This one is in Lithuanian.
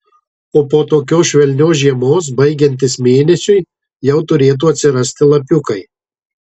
o po tokios švelnios žiemos baigiantis mėnesiui jau turėtų atsirasti lapiukai